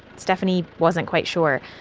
stephanie wasn't quite sure.